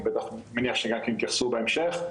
אני מניח שגם כן יתייחסו בהמשך.